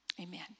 Amen